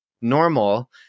normal